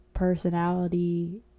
personality